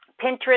Pinterest